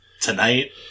tonight